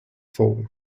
fall